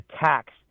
attacks